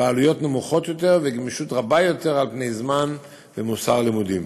בעלויות נמוכות יותר וגמישות רבה יותר על פני זמן ומוסד לימודים.